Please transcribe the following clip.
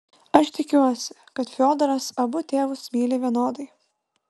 aš tikiuosi kad fiodoras abu tėvus myli vienodai